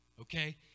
okay